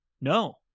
No